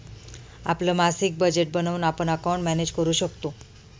आपलं मासिक बजेट बनवून आपण अकाउंट मॅनेज करू शकतो